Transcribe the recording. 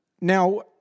Now